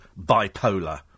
bipolar